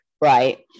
right